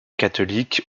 catholiques